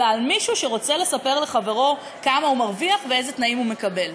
אלא על מישהו שרוצה לספר לחברו כמה הוא מרוויח ואיזה תנאים הוא מקבל.